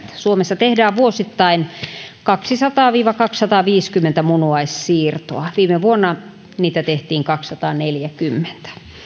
suomessa tehdään vuosittain kaksisataa viiva kaksisataaviisikymmentä munuaissiirtoa viime vuonna niitä tehtiin kaksisataaneljäkymmentä